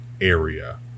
area